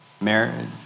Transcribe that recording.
marriage